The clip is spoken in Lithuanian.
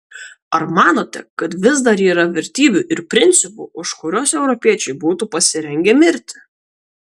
ar manote kad vis dar yra vertybių ir principų už kuriuos europiečiai būtų pasirengę mirti